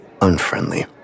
unfriendly